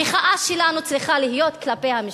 המחאה שלנו צריכה להיות כלפי המשטרה.